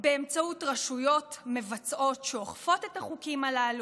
באמצעות רשויות מבצעות שאוכפות את החוקים הללו,